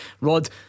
Rod